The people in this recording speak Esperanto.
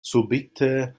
subite